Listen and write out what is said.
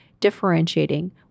Differentiating